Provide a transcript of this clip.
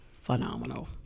phenomenal